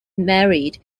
married